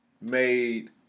Made